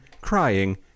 crying